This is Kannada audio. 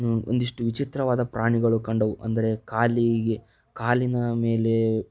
ಒಂದಿಷ್ಟು ವಿಚಿತ್ರವಾದ ಪ್ರಾಣಿಗಳು ಕಂಡವು ಅಂದರೆ ಕಾಲಿಗೆ ಕಾಲಿನ ಮೇಲೆ